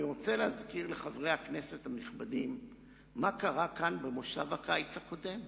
אני רוצה להזכיר לחברי הכנסת הנכבדים מה קרה כאן בכנס הקיץ הקודם.